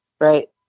Right